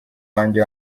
wanjye